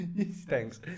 Thanks